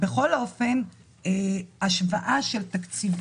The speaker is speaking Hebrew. כולל בעיקר את ההוצאות שנובעות מהשהייה שלנו בכנסת.